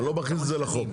שאני לא מכניס את זה לחוק.